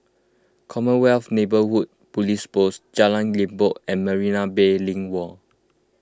Commonwealth Neighbourhood Police Post Jalan Limbok and Marina Bay Link Mall